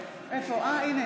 האוזר,